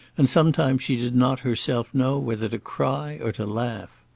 and sometimes she did not herself know whether to cry or to laugh.